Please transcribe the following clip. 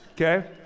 okay